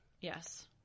Yes